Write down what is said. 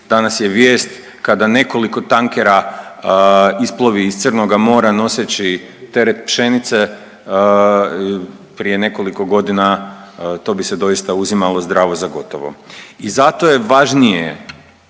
danas je vijest kada nekoliko tankera isplovi iz Crnoga mora noseći teret pšenice, prije nekoliko godina to bi se doista uzimalo zdravo za gotovo i danas je važnije,